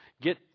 get